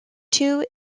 two